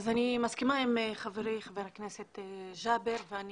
מסכימה עם חברי חבר הכנסת ג'אבר ואני